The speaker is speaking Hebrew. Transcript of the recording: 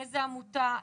מאיזה עמותה,